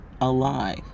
alive